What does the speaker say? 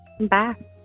Bye